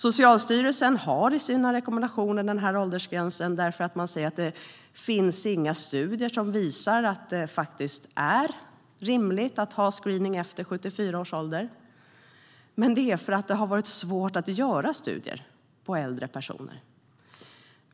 Socialstyrelsen har i sina rekommendationer den här åldersgränsen därför att man säger att det inte finns några studier som visar att det är rimligt att ha screening efter 74 års ålder, men det är för att det har varit svårt att göra studier på äldre personer.